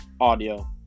audio